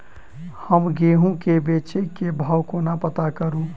हम गेंहूँ केँ बेचै केँ भाव कोना पत्ता करू?